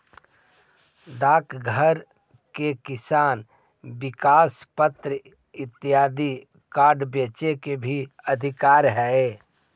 डाकघरो के किसान विकास पत्र इत्यादि बांड बेचे के भी अधिकार हइ